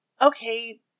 okay